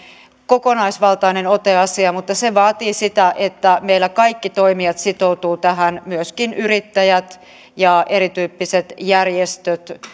kokonaisvaltainen ote asiaan mutta se vaatii sitä että meillä kaikki toimijat sitoutuvat tähän myöskin yrittäjät ja erityyppiset järjestöt